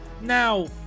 Now